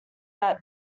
that